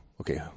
okay